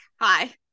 hi